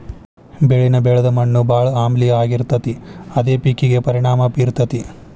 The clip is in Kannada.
ಬೆಳಿನ ಬೆಳದ ಮಣ್ಣು ಬಾಳ ಆಮ್ಲೇಯ ಆಗಿರತತಿ ಅದ ಪೇಕಿಗೆ ಪರಿಣಾಮಾ ಬೇರತತಿ